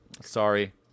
Sorry